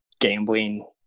gambling